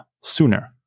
sooner